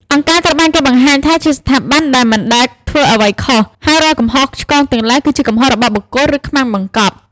អង្គការត្រូវបានគេបង្ហាញថាជាស្ថាប័នដែលមិនដែលធ្វើអ្វីខុស ហើយរាល់កំហុសឆ្គងទាំងឡាយគឺជាកំហុសរបស់បុគ្គល ឬខ្មាំងបង្កប់។